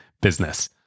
business